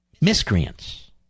Miscreants